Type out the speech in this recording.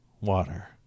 Water